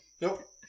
Nope